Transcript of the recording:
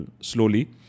slowly